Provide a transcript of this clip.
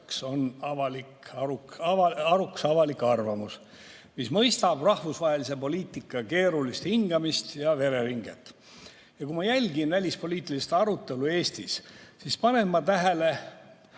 on arukas avalik arvamus, mis mõistab rahvusvahelise poliitika keerulist hingamist ja vereringet. Kui ma jälgin välispoliitilist arutelu Eestis, siis panen ma tähele